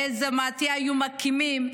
איזה מטה היו מקימים.